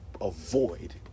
avoid